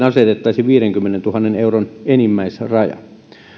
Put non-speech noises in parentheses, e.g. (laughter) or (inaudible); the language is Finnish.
(unintelligible) asetettaisiin viidenkymmenentuhannen euron enimmäisraja